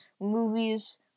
movies